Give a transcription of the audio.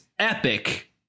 epic